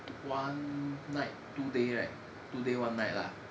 one night two day right two day one night lah